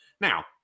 Now